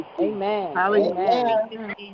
Amen